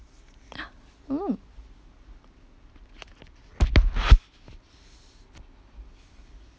oo